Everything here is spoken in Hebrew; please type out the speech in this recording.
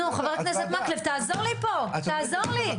נו, חבר הכנסת מקלב, תעזור לי פה, תעזור לי.